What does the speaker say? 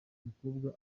mukobwa